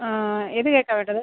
ഏതു കേക്കാണു വേണ്ടത്